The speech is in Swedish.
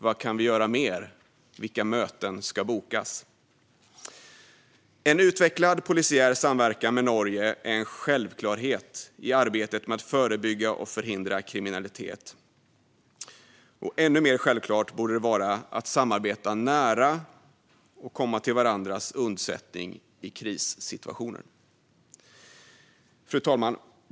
Vad mer kan vi göra? Vilka möten ska bokas? Utvecklad polisiär samverkan med Norge är en självklarhet i arbetet med att förebygga och förhindra kriminalitet. Ännu mer självklart borde det vara att samarbeta nära och komma till varandras undsättning i krissituationer. Fru talman!